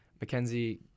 Mackenzie